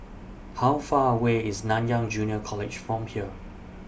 How Far away IS Nanyang Junior College from here